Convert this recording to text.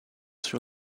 sur